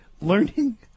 Learning